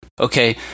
Okay